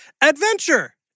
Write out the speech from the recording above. adventure